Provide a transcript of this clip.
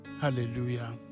Hallelujah